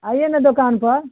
आइए ना दुकान पर